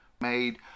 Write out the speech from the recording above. made